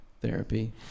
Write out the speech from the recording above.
Therapy